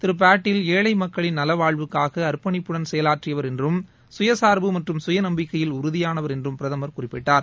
திரு பாட்டல் ஏழை மக்களின் நலடவாழ்வுக்காக அர்ப்பணிப்புடன் செயலாற்றியவர் என்றும் சுய சார்பு மற்றும் சுயநம்பிக்கையில் உறுதியானவர் என்றும் பிரதமர் குறிப்பிட்டார்